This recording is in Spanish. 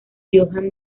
johann